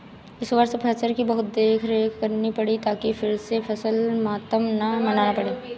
इस वर्ष फसल की बहुत देखरेख करनी पड़ी ताकि फिर से फसल मातम न मनाना पड़े